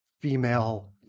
female